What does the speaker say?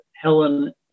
Helen